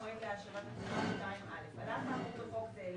המועד להשבת התמורה 2א. על אף האמור בחוק זה,